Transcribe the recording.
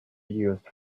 used